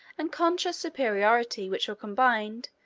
and conscious superiority, which were combined,